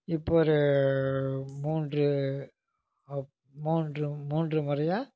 இப்போரு மூன்று மூன்று மூன்று முறையாக